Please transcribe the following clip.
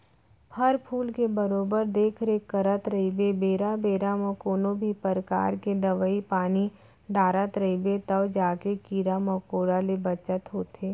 फर फूल के बरोबर देख रेख करत रइबे बेरा बेरा म कोनों भी परकार के दवई पानी डारत रइबे तव जाके कीरा मकोड़ा ले बचत होथे